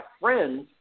friends